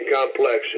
complex